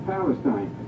Palestine